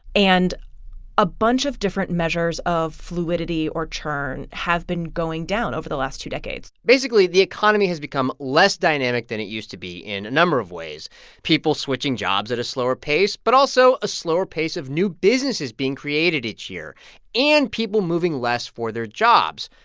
and a bunch of different measures of fluidity or churn have been going down over the last two decades basically, the economy has become less dynamic than it used to be in a number of ways people switching jobs at a slower pace but also a slower pace of new businesses being created each year and people moving less for their jobs.